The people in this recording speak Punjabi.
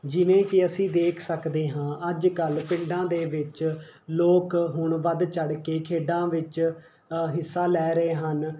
ਜਿਵੇਂ ਕਿ ਅਸੀਂ ਦੇਖ ਸਕਦੇ ਹਾਂ ਅੱਜ ਕੱਲ੍ਹ ਪਿੰਡਾਂ ਦੇ ਵਿੱਚ ਲੋਕ ਹੁਣ ਵੱਧ ਚੜ੍ਹ ਕੇ ਖੇਡਾਂ ਵਿੱਚ ਹਿੱਸਾ ਲੈ ਰਹੇ ਹਨ